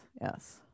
yes